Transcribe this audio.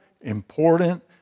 important